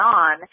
on